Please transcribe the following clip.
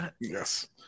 Yes